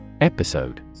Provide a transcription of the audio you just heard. Episode